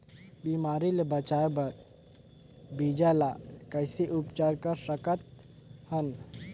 बिमारी ले बचाय बर बीजा ल कइसे उपचार कर सकत हन?